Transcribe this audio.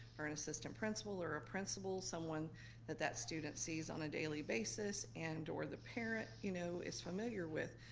or an assistant principal or a principal, someone that that student sees on a daily basis and or the parent you know is familiar with.